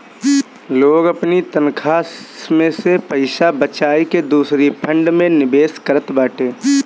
लोग अपनी तनखा में से पईसा बचाई के दूसरी फंड में निवेश करत बाटे